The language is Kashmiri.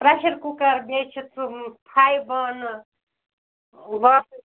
پرٛٮ۪شَر کُکَر بیٚیہِ چھِ سُہ پھیہِ بانہٕ واپہ